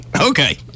Okay